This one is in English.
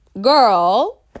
girl